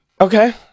Okay